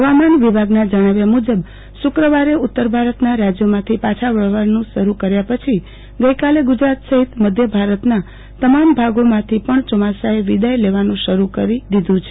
ફવામાન વિભાગના જણાવ્યા મુજબ શુક્રવારે ઉત્તર ભારતના રાજયોમાંથી પાછા વળવાનું શરૂ કર્યા પછી ગઈકાલે ગુજરાત સફિત મધ્યભારતના તમામ ભાગોમાંથી પણ ચોમાસાએ વિદાય લેવાનું શરૂ કરી દીધુ છે